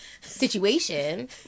situation